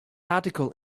article